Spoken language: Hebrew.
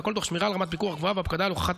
והכול תוך שמירה על רמת פיקוח גבוהה והקפדה על הוכחת